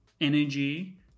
energy